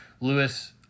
Lewis